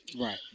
Right